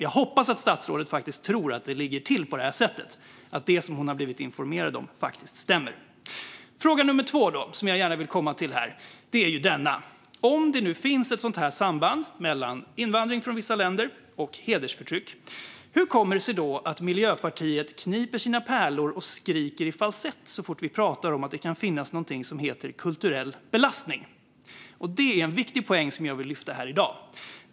Jag hoppas att statsrådet tror att det ligger till på det här sättet, alltså att hon tycker att det som hon har blivit informerad om faktiskt stämmer. Fråga nummer två, som jag gärna vill komma till, är denna: Om det nu finns ett sådant här samband mellan invandring från vissa länder och hedersförtryck, hur kommer det sig då att Miljöpartiet kniper sina pärlor och skriker i falsett så fort vi pratar om att det kan finnas någonting som heter kulturell belastning? Det är en viktig poäng som jag vill lyfta fram här i dag.